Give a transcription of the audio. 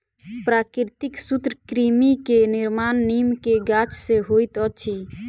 प्राकृतिक सूत्रकृमि के निर्माण नीम के गाछ से होइत अछि